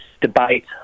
debate